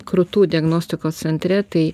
krūtų diagnostikos centre tai